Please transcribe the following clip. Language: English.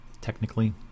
technically